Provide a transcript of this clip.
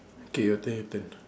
okay your turn your turn